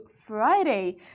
Friday